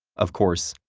of course,